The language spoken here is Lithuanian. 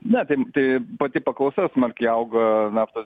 na ten tai pati paklausa smarkiai auga naftos